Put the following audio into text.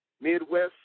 Midwest